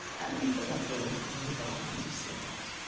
and the buckles on her ballroom slippers.